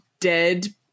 dead